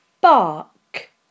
bark